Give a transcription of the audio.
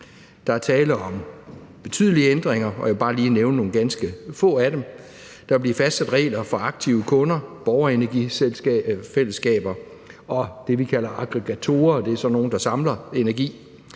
Der er tale om betydelige ændringer, og jeg vil bare lige nævne nogle ganske få af dem. Der vil blive fastsat regler for aktive kunder, borgerenergifællesskaber og det, vi kalder aggregatorer – det er sådan nogle, der samler energi.